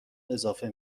اضافه